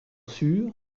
sûre